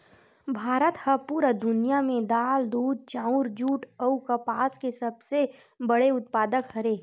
भारत हा पूरा दुनिया में दाल, दूध, चाउर, जुट अउ कपास के सबसे बड़े उत्पादक हरे